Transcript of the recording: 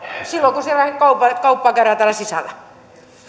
silloin kun kauppaa käydään täällä sisällä